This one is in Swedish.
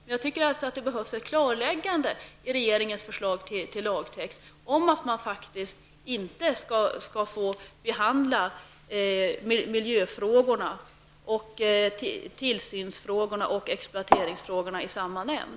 Men jag tycker alltså att det behövs ett klarläggande i regeringens förslag till lagtext om att man inte skall få behandla miljöfrågorna, tillsynsfrågorna och exploateringsfrågorna i samma nämnd.